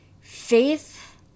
faith